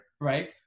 Right